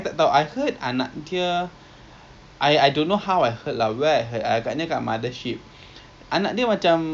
so um it's important lah to seek medical treatment I say I mean twenty twenty now mental health is very important